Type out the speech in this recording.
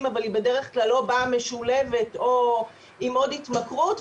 אבל היא בדרך כלל לא באה משולבת או עם עוד התמכרות,